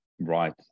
Right